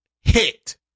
hit